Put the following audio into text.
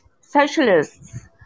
socialists